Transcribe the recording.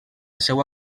seva